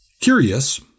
Curious